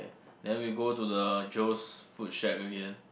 then we go to the Joe's food shack again